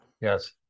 yes